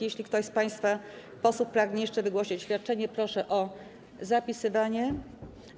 Jeśli ktoś z państwa posłów pragnie jeszcze wygłosić oświadczenie, proszę o zapisanie się.